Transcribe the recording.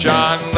John